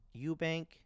Eubank